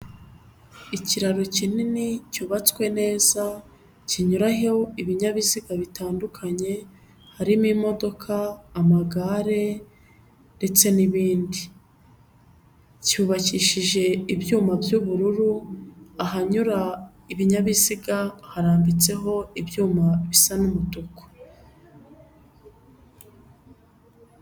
Ikiraro kinini cyubatswe neza, kinyuraraho ibinyabiziga bitandukanye, harimo imodoka, amagare ndetse n'ibindi, cyubakishije ibyuma by'ubururu, ahanyura ibinyabiziga, harambitseho ibyuma bisa n'umutuku.